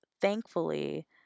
thankfully